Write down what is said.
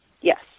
Yes